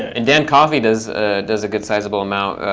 and dan coffey does does a good sizable amount,